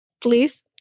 Please